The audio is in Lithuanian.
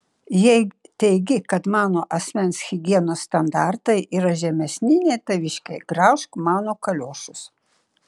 jei teigi kad mano asmens higienos standartai yra žemesni nei taviškiai graužk mano kaliošus